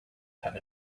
have